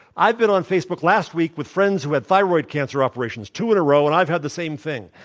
i've been on facebook last week with friends who had thyroid cancer operations, two in a row, and i've had the same thing.